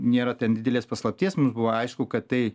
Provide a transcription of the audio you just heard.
nėra ten didelės paslapties mums buvo aišku kad tai